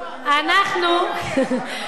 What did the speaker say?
אנחנו נצביע נגד ואתם תצביעו בעד.